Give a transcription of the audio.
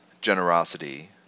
generosity